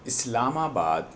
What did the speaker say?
اسلام آباد